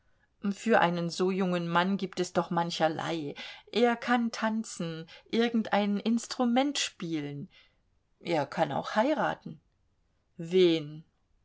für so einen jungen mann gibt es doch mancherlei er kann tanzen irgendein instrument spielen er kann auch heiraten wen